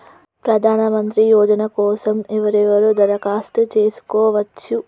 ప్రధానమంత్రి యోజన కోసం ఎవరెవరు దరఖాస్తు చేసుకోవచ్చు?